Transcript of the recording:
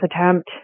attempt